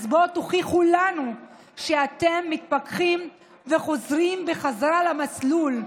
אז תוכיחו לנו שאתם מתפכחים וחוזרים בחזרה למסלול,